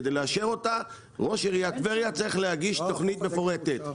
כדי לאשר אותה ראש עיריית טבריה צריך להגיש תכנית מפורטת.